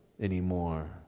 anymore